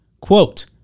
Quote